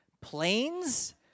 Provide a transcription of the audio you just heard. Planes